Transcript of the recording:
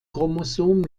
chromosom